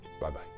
Bye-bye